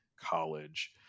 college